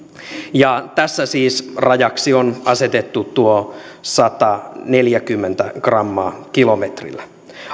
ja tässä siis rajaksi on asetettu tuo sataneljäkymmentä grammaa kilometrillä